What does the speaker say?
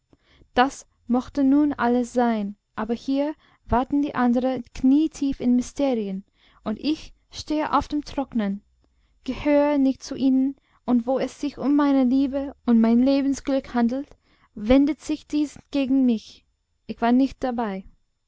das mochte nun alles sein aber hier waten die anderen knietief in mysterien und ich stehe auf dem trockenen gehöre nicht zu ihnen und wo es sich um meine liebe und mein lebensglück handelt wendet sich dies gegen mich ich war nicht dabei